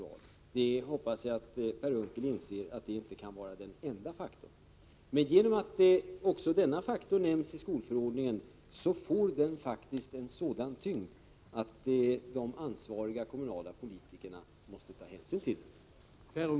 Jag hoppas att Per Unckel inser att detta inte kan vara den enda faktorn. Men genom att också denna faktor nämns i skolförordningen får den faktiskt en sådan tyngd att de ansvariga kommunala politikerna måste ta hänsyn till den.